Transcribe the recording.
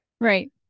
Right